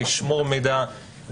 לשמור מידע,